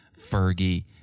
Fergie